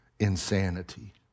insanity